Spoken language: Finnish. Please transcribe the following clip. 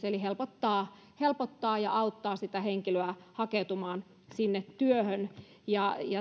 eli helpottaa helpottaa ja auttaa sitä henkilöä hakeutumaan sinne työhön ja